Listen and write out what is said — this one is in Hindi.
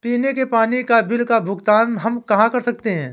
पीने के पानी का बिल का भुगतान हम कहाँ कर सकते हैं?